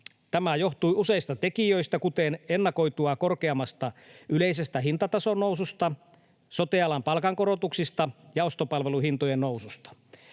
Tämä johtui useista tekijöistä, kuten ennakoitua korkeammasta yleisestä hintatason noususta, sote-alan palkankorotuksista ja ostopalveluhintojen noususta.